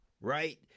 right